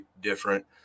different